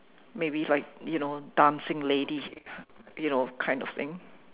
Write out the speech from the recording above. maybe like you know dancing lady you know kind of thing